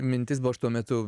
mintis buvo aš tuo metu